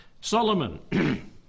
Solomon